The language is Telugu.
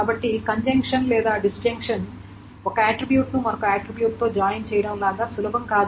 కాబట్టి కన్జంక్షన్ లేదా డిస్జంక్షన్ ఒక అట్ట్రిబ్యూట్ ను మరొక అట్ట్రిబ్యూట్ తో జాయిన్ చేయటం లాగా సులభం కాదు